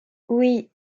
oui